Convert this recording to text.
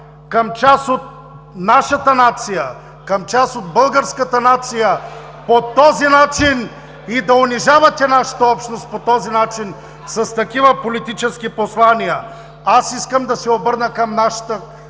към част от нашата нация, към част от българската нация по този начин и да унижавате нашата общност по този начин с такива политически послания! (Шум и реплики от